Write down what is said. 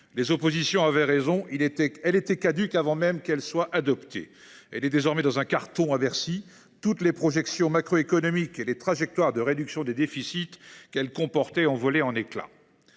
Les oppositions avaient raison : cette programmation était caduque avant même son adoption, elle est désormais dans un carton à Bercy ; toutes les projections macroéconomiques et les trajectoires de réduction de déficits qu’elle comportait ont volé en éclats.